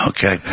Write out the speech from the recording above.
Okay